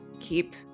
keep